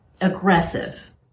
aggressive